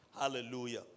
Hallelujah